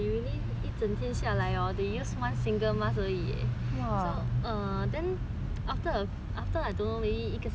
one single mask 而已 leh so err then after after I don't know 一个星期 or something lah then I see them right